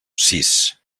sis